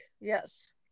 Yes